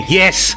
yes